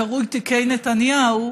הקרוי תיקי נתניהו,